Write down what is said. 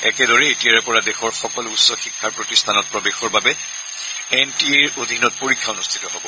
একেদৰে এতিয়াৰে পৰা দেশৰ সকলো উচ্চ শিক্ষাৰ প্ৰতিষ্ঠানত প্ৰৱেশৰ বাবে এন টি এৰ অধীনত পৰীক্ষা অনুষ্ঠিত হ'ব